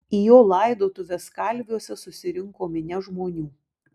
į jo laidotuves kalviuose susirinko minia žmonių